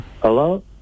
Hello